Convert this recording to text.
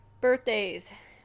birthdays